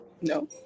No